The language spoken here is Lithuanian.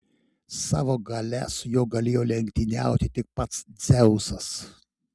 savo galia su juo galėjo lenktyniauti tik pats dzeusas